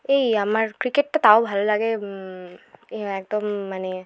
এই আমার ক্রিকেটটা তাও ভালো লাগে এই একদম মানে